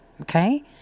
Okay